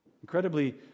incredibly